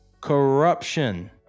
corruption